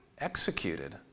executed